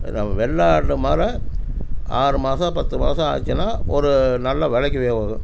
நம்ம வெள்ளாட்டு மர ஆறு மாதம் பத்து மாதம் ஆகிச்சுன்னா ஒரு நல்ல விலைக்கு போகும்